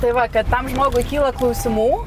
tai va kad tam žmogui kyla klausimų